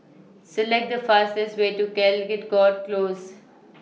Select The fastest Way to Caldecott Close